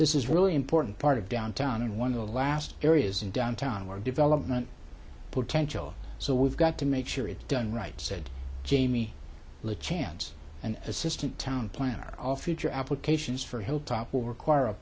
this is really important part of downtown and one of the last areas in downtown where development potential so we've got to make sure it done right said jamie lee chan's an assistant town planner a future applications for hilltop will require a